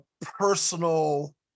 personal